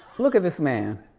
look at this man.